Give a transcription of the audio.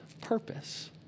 purpose